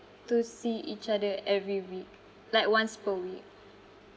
to see each other every week like once per week